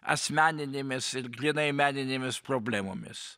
asmeninėmis ir grynai meninėmis problemomis